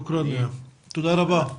תודה רבה.